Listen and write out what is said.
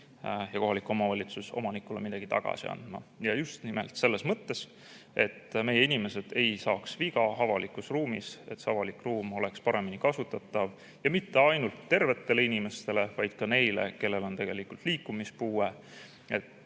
ja kohalik omavalitsus omanikule midagi ka tagasi andma. Ja nimelt selles mõttega, et meie inimesed ei saaks viga avalikus ruumis, et avalik ruum oleks paremini kasutatav ja mitte ainult tervetel inimestel, vaid ka neil, kellel on liikumispuue.